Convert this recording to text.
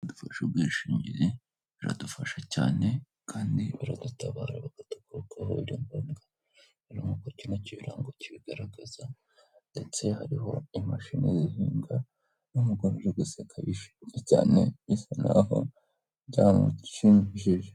Dufashe ubwishingizi biradufasha cyane kandi baradutabara bagatukorukaho ibyangombwa nkuko kino cyapa cy'ibirango kibigaragaza ndetse hariho imashini zihingaumugom guseka bishi cyane bisa naho byamushimishije.